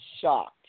shocked